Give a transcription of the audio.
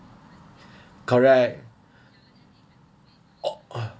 correct o~